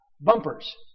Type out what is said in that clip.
Bumpers